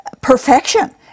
perfection